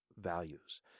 values